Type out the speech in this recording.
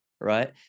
right